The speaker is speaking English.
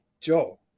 Joe